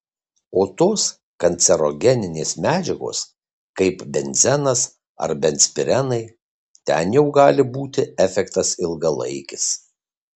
o tos kancerogeninės medžiagos kaip benzenas ar benzpirenai ten jau gali būti efektas ilgalaikis